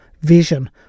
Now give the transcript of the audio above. vision